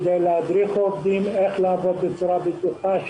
כדי להדריך עובדים איך לעבוד בצורה בטוחה,